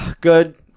good